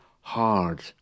hard